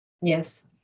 Yes